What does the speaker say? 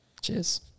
cheers